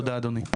תודה, אדוני.